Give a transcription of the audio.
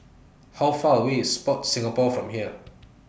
How Far away IS Sport Singapore from here